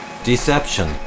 Deception